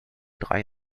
drei